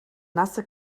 nasse